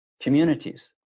communities